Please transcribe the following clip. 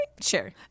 Sure